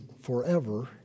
forever